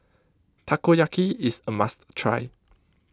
Takoyaki is a must try